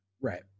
Right